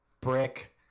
Brick